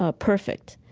ah perfect.